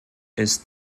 ist